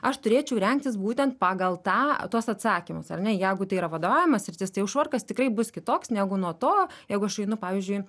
aš turėčiau rengtis būtent pagal tą tuos atsakymus ar ne jeigu tai yra vadovaujama sritis tai jau švarkas tikrai bus kitoks negu nuo to jeigu aš einu pavyzdžiui